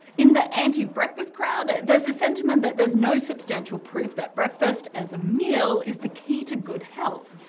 in the anti-breakfast crowd there's a sentiment that there's no substantial proof that breakfast, as a meal, is the key to good health.